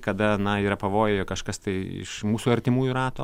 kada na yra pavojuje kažkas tai iš mūsų artimųjų rato